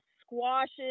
squashes